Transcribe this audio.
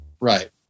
Right